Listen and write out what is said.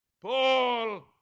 Paul